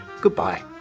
goodbye